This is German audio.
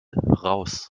raus